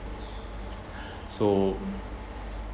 so